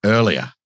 Earlier